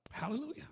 Hallelujah